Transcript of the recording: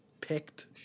Picked